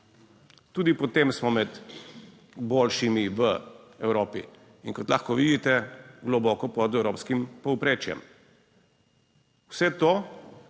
Tudi po tem smo med boljšimi v Evropi in kot lahko vidite, globoko pod evropskim povprečjem. Vse to